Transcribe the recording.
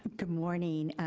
good morning,